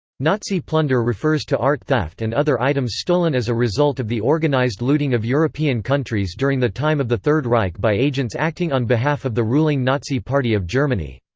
nazi plunder refers to art theft and other items stolen as a result of the organized looting of european countries during the time of the third reich by agents acting on behalf of the ruling nazi party of germany.